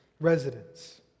residents